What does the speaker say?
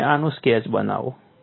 તમે આનો સ્કેચ બનાવો